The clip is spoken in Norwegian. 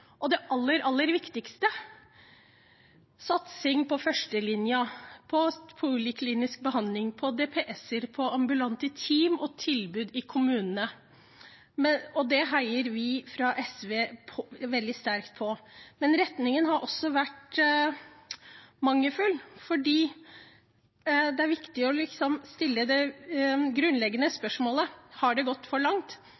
og – det aller, aller viktigste – satsing på førstelinja, på poliklinisk behandling, på DPS-er, på ambulante team og tilbud i kommunene. Det heier vi i SV veldig sterkt på. Men retningen har også vært mangelfull, for det er viktig å stille de grunnleggende